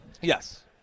Yes